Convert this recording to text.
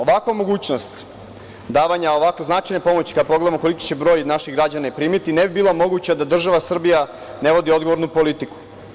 Ovakva mogućnost davanja ovakve značajne pomoći, kada pogledamo koliki će broj naših građana i primiti, ne bi bila moguća da država Srbija ne vodi odgovornu politiku.